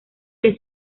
que